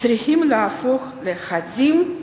צריכים להפוך לחדים,